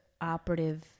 operative